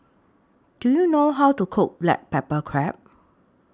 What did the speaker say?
Do YOU know How to Cook Black Pepper Crab